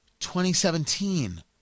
2017